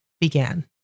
began